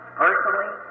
personally